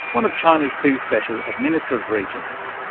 one of china's two special administrative regions.